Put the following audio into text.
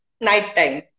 Nighttime